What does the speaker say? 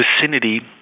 vicinity